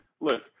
look